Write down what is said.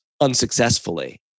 unsuccessfully